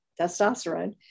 testosterone